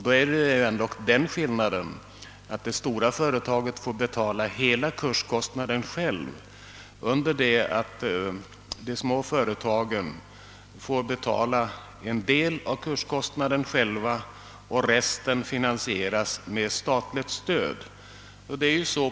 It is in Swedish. Då föreligger ändock den skillnaden, att det stora företaget får betala hela kurskostnaden självt, under det att de små företagen får betala en del av kurskostnaden själva medan resten finansieras genom statligt stöd.